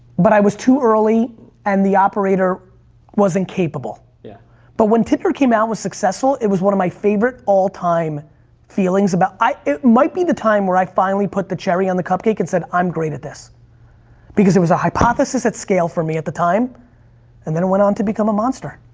but i was too early and the operator wasn't capable. yeah but when tinder came out, was successful, it was one of my favorite all time feelings about, it might be the time where i finally put the cherry on the cupcake and said i'm great at this because it was a hypothesis at scale for me at the time and then it went on to become a monster.